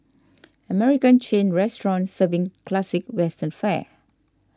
American chain restaurant serving classic western fare